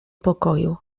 pokoju